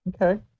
Okay